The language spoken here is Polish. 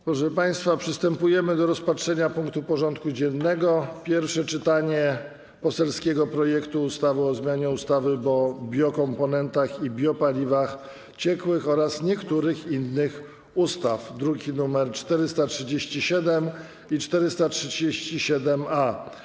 Przystępujemy do rozpatrzenia punktu 14. porządku dziennego: Pierwsze czytanie poselskiego projektu ustawy o zmianie ustawy o biokomponentach i biopaliwach ciekłych oraz niektórych innych ustaw (druki nr 437 i 437-A)